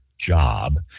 job